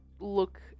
look